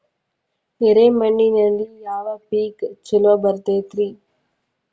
ಎರೆ ಮಣ್ಣಿನಲ್ಲಿ ಯಾವ ಪೇಕ್ ಛಲೋ ಬರತೈತ್ರಿ?